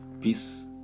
Peace